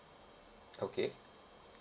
okay